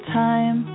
time